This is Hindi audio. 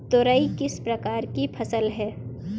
तोरई किस प्रकार की फसल है?